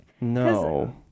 No